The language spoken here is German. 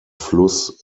fluss